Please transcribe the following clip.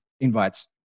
invites